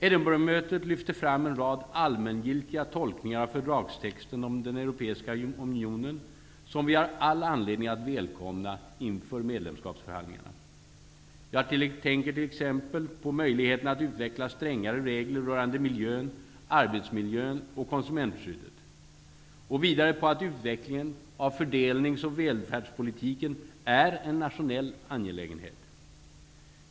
Edinburghmötet lyfte fram en rad allmängiltiga tolkningar av fördragstexten om Europeiska unionen, som vi har all anledning att välkomna inför medlemskapsförhandlingarna. Jag tänker t.ex. på möjligheterna att utveckla strängare regler rörande miljön, arbetsmiljön och konsumentskyddet. Och vidare på att utvecklingen av fördelnings och välfärdspolitiken är en nationell angelägenhet.